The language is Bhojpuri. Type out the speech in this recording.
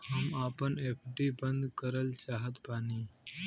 हम आपन एफ.डी बंद करल चाहत बानी